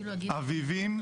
אביבים,